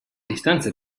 distanza